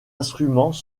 instruments